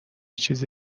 چیز